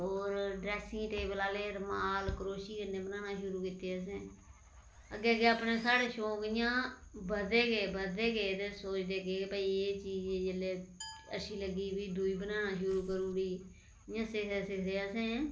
ओर dressing table आह्ले रुमाल करोशिये कन्नै बनाना शुरु कीते असें अग्गै अग्गै अपना साढ़े शौक इयां बधदे गे बधदे गे ते सोचदे गे कि एह् चीज जेल्लै अच्छी लग्गी प्ही दूई बनाना शुरु करी ओड़ी इयां सिखदे सिखदे असें